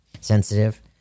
sensitive